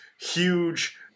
huge